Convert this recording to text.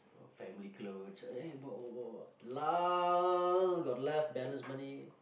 family clothes eh but what what what got left balance money